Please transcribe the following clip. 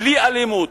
בלי אלימות.